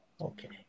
okay